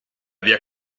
via